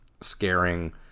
scaring